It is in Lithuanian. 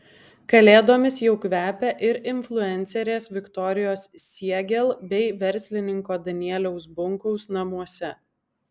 kalėdomis jau kvepia ir influencerės viktorijos siegel bei verslininko danieliaus bunkaus namuose